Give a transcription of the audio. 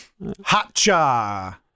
Hotcha